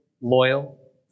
loyal